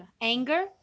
anger